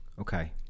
Okay